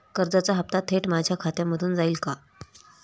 कर्जाचा हप्ता थेट माझ्या खात्यामधून जाईल का?